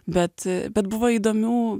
bet bet buvo įdomių